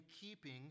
keeping